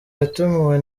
yatumiwe